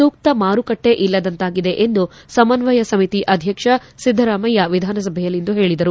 ಸೂಕ್ತ ಮಾರುಕಟ್ಟೆ ಇಲ್ಲದಂತಾಗಿದೆ ಎಂದು ಸಮಸ್ವಯ ಸಮಿತಿ ಅಧ್ಯಕ್ಷ ಸಿದ್ದರಾಮಯ್ಯ ವಿಧಾನಸಭೆಯಲ್ಲಿಂದು ಹೇಳದರು